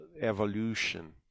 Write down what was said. evolution